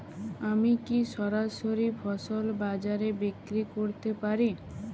আমি কি সরাসরি ফসল বাজারে বিক্রি করতে পারি?